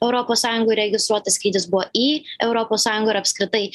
europos sąjungoj registruota skrydis buvo į europos sąjungoj ir apskritai